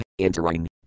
Entering